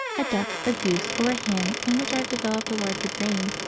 a duck, a goose, or a hen in which i have developed a larger brain,